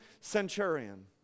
centurion